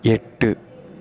எட்டு